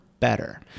Better